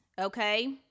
okay